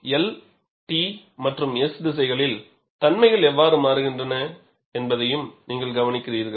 L T மற்றும் S திசைகளில் தன்மைகள் எவ்வாறு மாறுகின்றன என்பதை நீங்கள் கவனிக்கிறீர்கள்